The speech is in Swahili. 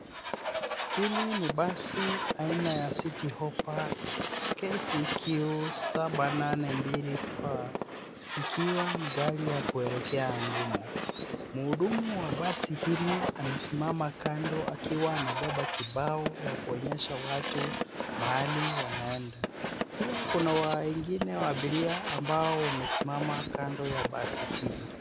Hili ni basi aina ya city hoppa KCQ 782 P ikiwa ni gari ya kuelekea Kangumo. Muhudumu wa basi hili amesimama kando akiwa amebeba kibao ya kuonyesha watu mahali wanaenda. Pia kuna wengine abiria ambao wamesimama Kando ya basi hili.